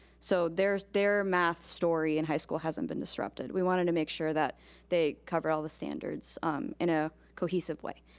so their their math story in high school hasn't been disrupted. we wanted to make sure that they covered all the standards um in a cohesive way.